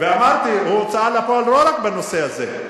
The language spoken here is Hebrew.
ואמרתי, הוא הוצאה לפועל לא רק בנושא הזה.